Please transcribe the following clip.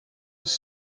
its